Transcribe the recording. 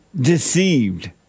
deceived